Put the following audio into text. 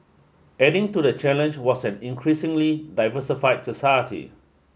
adding to the challenge was an increasingly diversified society